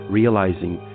realizing